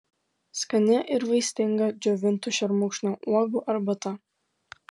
skani ir vaistinga džiovintų šermukšnio uogų arbata